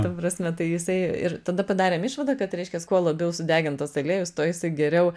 ta prasme tai jisai ir tada padarėm išvadą kad reiškias kuo labiau sudegintas aliejus tuo jisai geriau